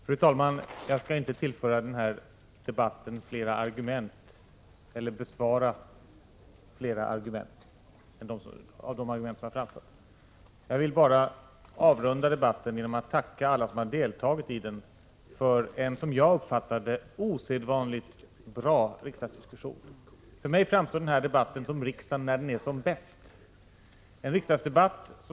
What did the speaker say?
Fru talman! Jag skall inte tillföra debatten fler argument eller kommentera några av de argument som har framförts. Jag vill bara avrunda debatten genom att tacka alla dem som har deltagit i den för en, som jag har uppfattat — Prot. 1986/87:117 | det, osedvanligt bra riksdagsdiskussion. För mig framstår den som en 46 maj 1987 riksdagsdebatt när den är som bäst.